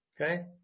Okay